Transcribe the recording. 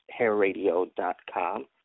HairRadio.com